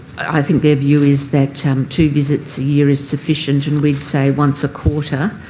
i think their view is that two visits a year is sufficient and we'd say once a quarter